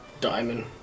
diamond